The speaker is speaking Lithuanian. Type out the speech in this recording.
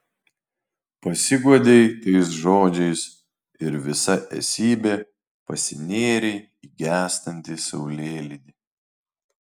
pasiguodei tais žodžiais ir visa esybe pasinėrei į gęstantį saulėlydį